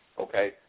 Okay